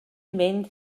mynd